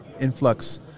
influx